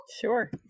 sure